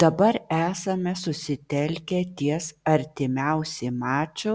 dabar esame susitelkę ties artimiausi maču